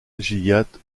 gilliatt